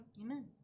Amen